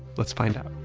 let's find out.